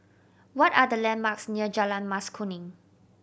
what are the landmarks near Jalan Mas Kuning